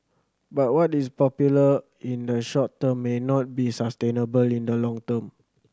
but what is popular in the short term may not be sustainable in the long term